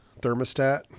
thermostat